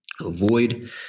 avoid